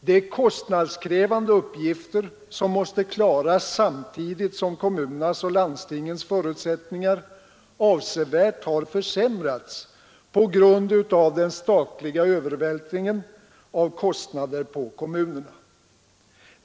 Det är kostnadskrävande uppgifter som måste klaras samtidigt som kommunerna och landstingens förutsättningar avsevärt har försämrats på grund av den statliga övervältringen av kostnader på kommunerna.